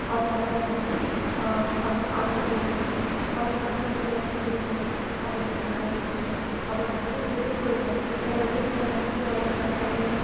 அதனால நான் வந்து வந்து அந்தமாரி எடுப்பேன் அதுக்கப்புறம் என்னுடைய குடும்பம் அப்புறம் என்னோடய நாய்க்குட்டி அப்புறம் நிறைய செடி கொடிகள் எங்கள் வீட்டில வந்து வளர்கிற கனி